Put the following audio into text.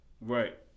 right